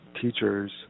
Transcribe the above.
teachers